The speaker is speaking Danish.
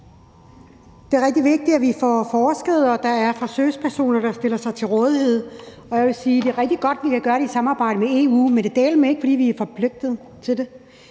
Det er rigtig vigtigt, at vi får forsket, og at der er forsøgspersoner, der stiller sig til rådighed. Jeg vil sige, det er rigtig godt, at vi kan gøre det i samarbejde med EU, men det er dæleme ikke, fordi vi er forpligtet til det.